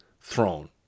throne